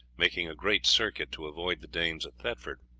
making a great circuit to avoid the danes at thetford.